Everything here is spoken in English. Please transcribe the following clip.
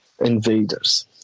invaders